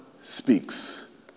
speaks